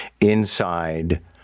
inside